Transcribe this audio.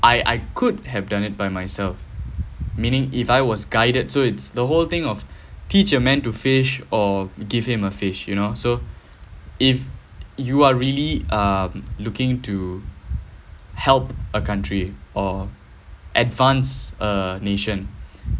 I I could have done it by myself meaning if I was guided so it's the whole thing of teach a man to fish or give him a fish you know so if you are really um looking to help a country or advance a nation